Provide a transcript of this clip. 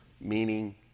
meaning